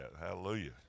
Hallelujah